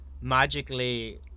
magically